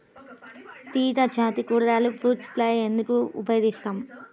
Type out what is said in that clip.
తీగజాతి కూరగాయలలో fruit fly ఎందుకు ఉపయోగిస్తాము?